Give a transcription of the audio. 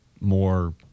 more